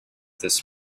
this